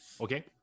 okay